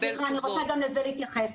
סליחה, אני רוצה גם לזה להתייחס.